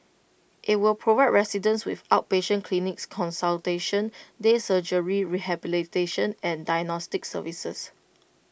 IT will provide residents with outpatient clinics consultation day surgery rehabilitation and diagnostic services